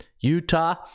utah